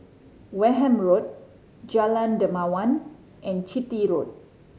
Wareham Road Jalan Dermawan and Chitty Road